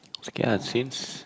I cannot since